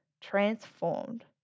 transformed